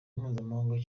mpuzamahanga